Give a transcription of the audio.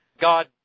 God